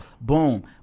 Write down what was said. Boom